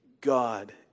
God